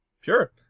sure